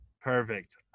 Perfect